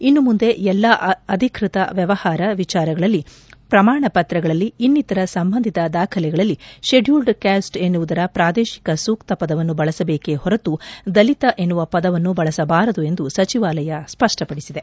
ಇನ್ನು ಮುಂದೆ ಎಲ್ಲಾ ಅಧಿಕೃತ ವ್ಯವಹಾರಗಳಲ್ಲಿ ವಿಚಾರಗಳಲ್ಲಿ ಪ್ರಮಾಣ ಪತ್ರಗಳಲ್ಲಿ ಇನ್ನಿತರ ಸಂಬಂಧಿತ ದಾಖಲೆಗಳಲ್ಲಿ ಶೆಡ್ಕೂಲ್ಡ್ ಕ್ಯಾಸ್ಟ್ ಎನ್ನುವುದರ ಪ್ರಾದೇಶಿಕ ಸೂಕ್ತ ಪದವನ್ನು ಬಳಸಬೇಕೇ ಹೊರತು ದಲಿತ ಎನ್ನುವ ಪದವನ್ನು ಬಳಸಬಾರದು ಎಂದು ಸಚಿವಾಲಯ ಸ್ಪಷ್ಟ ಪಡಿಸಿದೆ